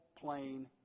plain